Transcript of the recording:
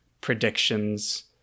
predictions